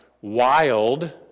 wild